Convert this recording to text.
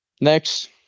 Next